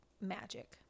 magic